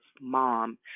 mom